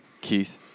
Keith